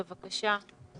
בבקשה.